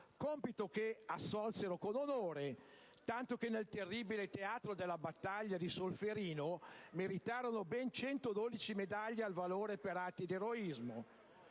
compito che assolsero con onore, tanto che nel terribile teatro della battaglia di Solferino meritarono ben 112 medaglie al valore per atti di eroismo.